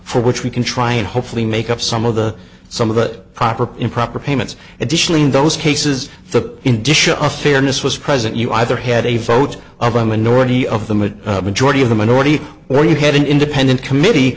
for which we can try and hopefully make up some of the some of that property improper payments additionally in those cases the indicia of fairness was present you either had a vote of a minority of them a majority of the minority or you had an independent committee